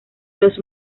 los